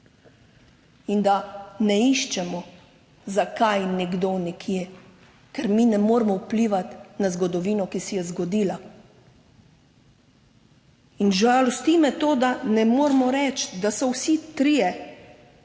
in da ne iščemo zakaj nekdo nekje, ker mi ne moremo vplivati na zgodovino, ki se je zgodila. In žalosti me to, da ne moremo reči, da so vsi trije